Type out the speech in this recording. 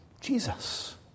Jesus